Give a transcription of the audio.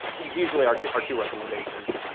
it's usually our two our two recommendations.